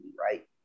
right